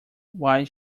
why